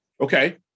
Okay